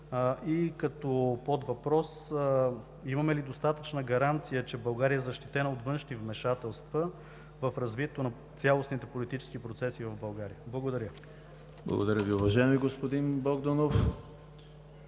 Като подвъпрос: имаме ли достатъчна гаранция, че България е защитена от външни вмешателства в развитието на цялостните политически процеси в България? Благодаря. ПРЕДСЕДАТЕЛ ЕМИЛ ХРИСТОВ: Благодаря Ви, уважаеми господин Богданов.